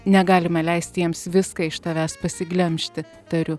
negalime leisti jiems viską iš tavęs pasiglemžti tariu